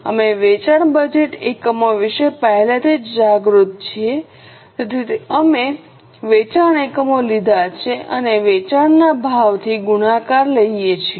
અમે વેચાણ એકમો વિશે પહેલેથી જ જાગૃત છીએ તેથી અમે વેચાણ એકમો લીધા છે અને વેચવાના ભાવથી ગુણાકાર લઈએ છીએ